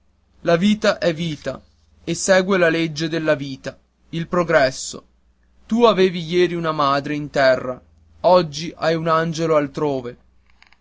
la vita è vita e segue la legge della vita il progresso tu avevi ieri una madre in terra oggi hai un angelo altrove